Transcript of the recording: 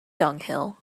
dunghill